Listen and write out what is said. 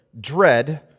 dread